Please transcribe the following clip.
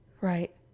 Right